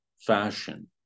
fashion